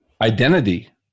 identity